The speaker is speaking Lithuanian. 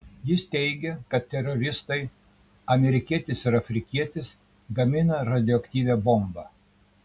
jis teigė kad teroristai amerikietis ir afrikietis gamina radioaktyvią bombą